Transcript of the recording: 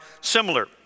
similar